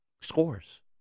scores